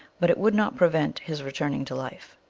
but it would not prevent his re turning to life.